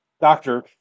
doctor